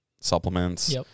supplements